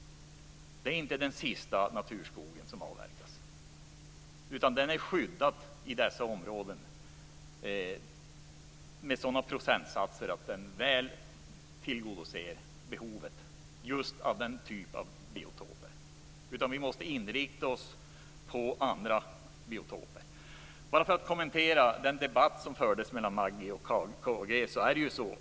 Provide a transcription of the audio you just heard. Det är inte den sista naturskogen som avverkas. Den är skyddad i dessa områden med sådana procentsatser som väl tillgodoser behovet av just den typen av biotoper. Vi måste inrikta oss på andra biotoper. Jag vill kommentera den debatt som fördes mellan Maggi Mikaelsson och Carl G Nilsson.